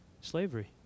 Slavery